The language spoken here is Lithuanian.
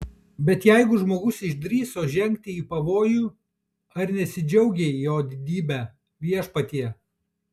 bet jeigu žmogus išdrįso žengti į pavojų ar nesidžiaugei jo didybe viešpatie